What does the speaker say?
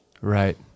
Right